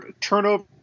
Turnover